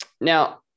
now